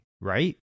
right